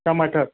टमाटर